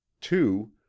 two